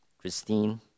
Christine